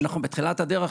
אנחנו בתחילת הדרך.